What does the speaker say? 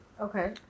Okay